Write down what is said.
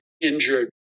injured